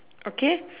okay